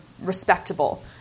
respectable